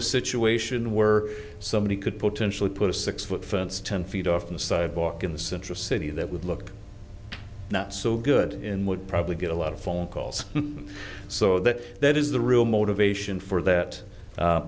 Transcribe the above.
a situation where somebody could potentially put a six foot fence ten feet off the sidewalk in the central city that would look not so good in would probably get a lot of phone calls so that that is the real motivation for that